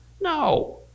No